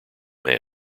man